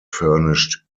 furnished